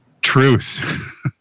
Truth